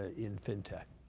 ah in fintech.